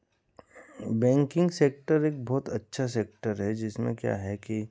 banking sector एक बहुत अच्छा सेक्टर है जिसमें क्या है कि